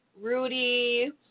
Rudy –